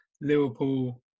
Liverpool